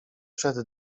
przed